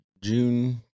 June